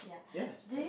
yes